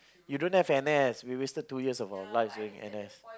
you don't have N_S we wasted two years of our lives doing N_S